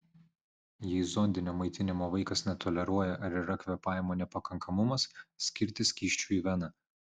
jei zondinio maitinimo vaikas netoleruoja ar yra kvėpavimo nepakankamumas skirti skysčių į veną